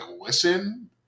listen